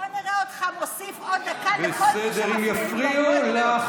בוא נראה אותך מוסיף עוד דקה לכל מי שמפריעים לו.